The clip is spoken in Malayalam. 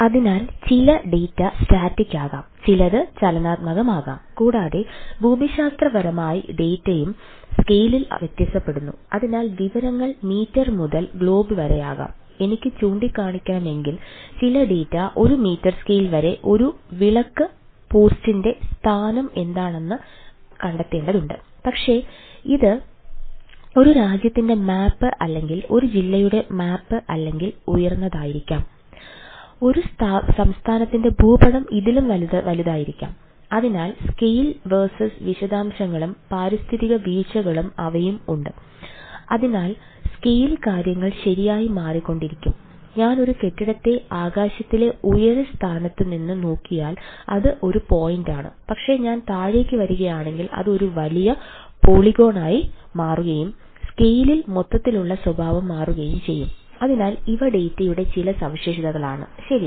അതിനാൽ ചില ഡാറ്റ സ്റ്റാറ്റിക്യുടെ ചില സവിശേഷതകളാണ് ശരിയാണ്